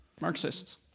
Marxists